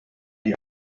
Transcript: die